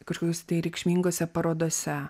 kažkokiose tai reikšmingose parodose